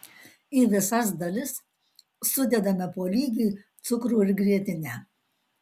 į visas dalis sudedame po lygiai cukrų ir grietinę